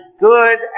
good